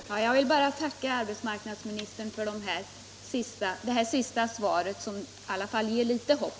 Fru talman! Jag vill bara tacka arbetsmarknadsministern för det senaste uttalandet, som i alla fall ger litet hopp.